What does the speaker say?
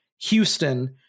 Houston